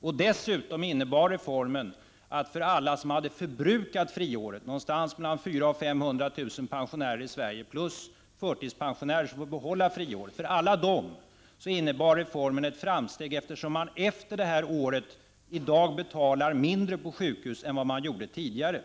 Dessutom: För alla som hade förbrukat friåret, dvs. mellan 400 000 och 500 000 pensionärer — och även för förtidspensionärer som får behålla friåret — innebar reformen ett framsteg, eftersom man efter det året i dag betalar mindre på sjukhus än vad man gjorde tidigare.